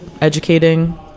educating